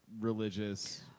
religious